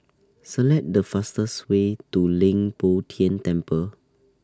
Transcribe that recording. Select The fastest Way to Leng Poh Tian Temple